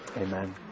Amen